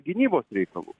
gynybos reikalų